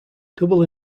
double